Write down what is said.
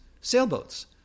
sailboats